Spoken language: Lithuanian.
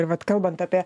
ir vat kalbant apie